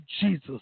Jesus